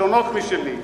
שונות משלי.